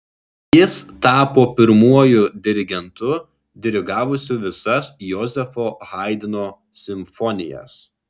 jis tapo pirmuoju dirigentu dirigavusiu visas jozefo haidno simfonijas